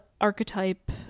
archetype